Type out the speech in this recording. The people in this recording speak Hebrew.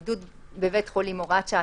(בידוד בבית חולים) (הוראת שעה),